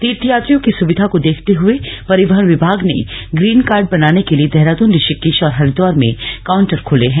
तीर्थयात्रियों की सुविधा को देखते हुए परिवहन विभाग ने ग्रीन कार्ड बनाने के लिए देहरादून ऋषिकेश और हरिद्वार में काउंटर खोले हैं